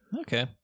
okay